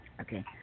Okay